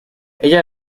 ella